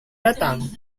datang